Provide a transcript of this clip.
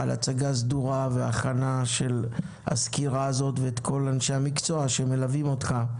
על הצגה סדורה והכנה של הסקירה הזאת ואת כל אנשי המקצוע שמלווים אותך.